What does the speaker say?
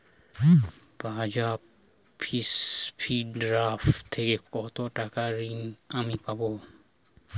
বাজাজ ফিন্সেরভ থেকে কতো টাকা ঋণ আমি পাবো?